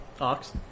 Ox